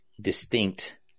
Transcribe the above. distinct